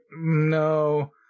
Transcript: no